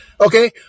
Okay